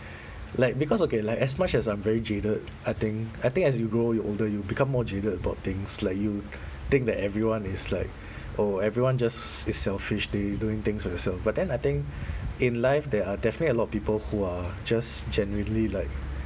like because okay like as much as I'm very jaded I think I think as you grow older you become more jaded about things like you think that everyone is like oh everyone just is selfish they doing things for yourself but then I think in life there are definitely a lot of people who are just generally like